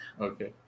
Okay